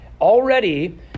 already